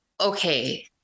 okay